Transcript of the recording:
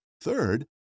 Third